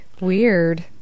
Weird